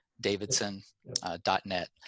davidson.net